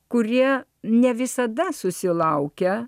kurie ne visada susilaukia